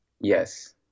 Yes